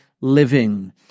living